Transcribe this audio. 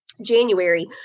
January